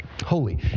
holy